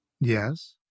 Yes